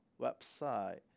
website